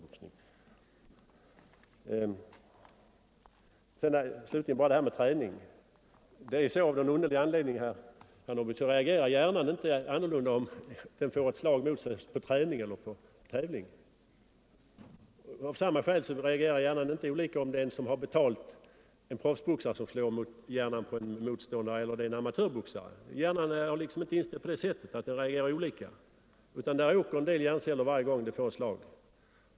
Beträffande frågan om träningen vill jag slutligen bara säga, herr Norrby, att hjärnan av någon underlig anledning inte reagerar annorlunda om den utsätts för ett slag under träning än för ett slag under tävling. Av samma skäl reagerar hjärnan inte olika om det är en proffsboxare som slår mot den eller om det är en amatörboxare. Hjärnan är liksom inte inställd på det sättet att den reagerar olika, utan där åker en del hjärnceller varje gång den får ett slag.